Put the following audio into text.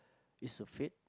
is a fate